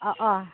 अ अ